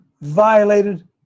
violated